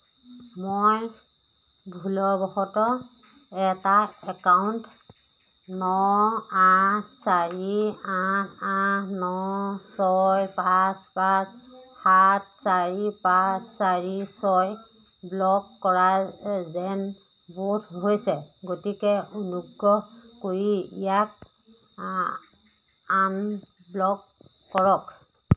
মই ভুলবশতঃ এটা একাউণ্ট ন আঠ চাৰি আঠ আঠ ন ছয় পাঁচ পাঁচ সাত চাৰি পাঁচ চাৰি ছয় ব্লক কৰা যেন বোধ হৈছে গতিকে অনুগ্ৰহ কৰি ইয়াক আনব্লক কৰক